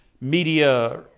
media